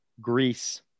Greece